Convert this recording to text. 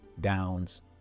downs